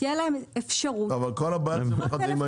תהיה להם אפשרות -- אבל כל הבעיה היא עם הישנים,